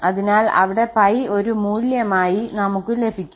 അതിനാൽ അവിടെ 𝜋 ഒരു മൂല്യമായി നമുക്ക് ലഭിക്കും